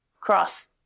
Cross